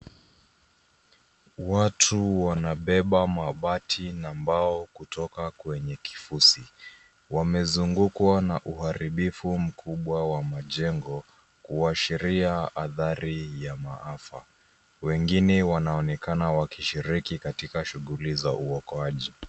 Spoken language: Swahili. Watu wanabeba mabati na mbao kutoka kwenye kifusi. Wamezungukwa na uharibifu mkubwa wa majengo kuashiria adhari ya maafa. Wengine wnaonekana wakishiriki katika shughuli za uokoaji.